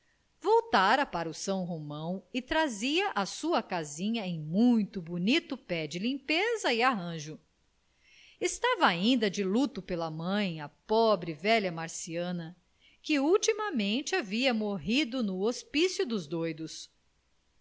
voltara para o são romão e trazia a sua casinha em muito bonito pé de limpeza e arranjo estava ainda de luto pela mãe a pobre velha marciana que ultimamente havia morrido no hospício dos doidos